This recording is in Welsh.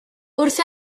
wrth